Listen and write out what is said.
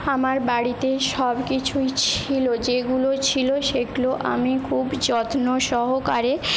আমার বাড়িতে সব কিছুই ছিল যেগুলো ছিল সেগুলো আমি খুব যত্ন সহকারে